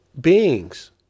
beings